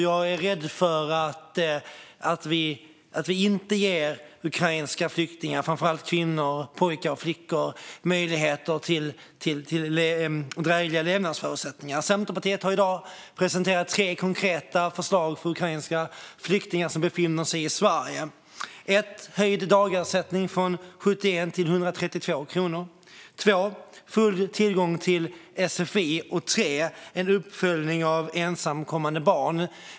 Jag är rädd för att vi inte ger ukrainska flyktingar, framför allt kvinnor, pojkar och flickor, möjligheter till drägliga levnadsförutsättningar. Centerpartiet har i dag presenterat tre konkreta förslag för ukrainska flyktingar som befinner sig i Sverige. Det första är höjd dagersättning från 71 till 132 kronor. Det andra är full tillgång till sfi. Det tredje är en uppföljning av ensamkommande barn.